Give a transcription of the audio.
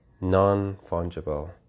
non-fungible